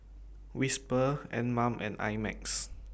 Whisper Anmum and I Max